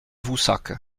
voussac